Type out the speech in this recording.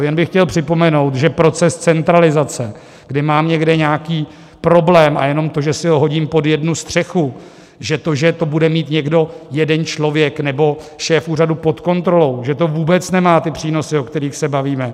Jen bych chtěl připomenout, že proces centralizace, kdy mám někde nějaký problém, a jenom to, že si ho hodím pod jednu střechu, že to, že to bude mít někdo, jeden člověk nebo šéf úřadu, pod kontrolou, že to vůbec nemá ty přínosy, o kterých se bavíme.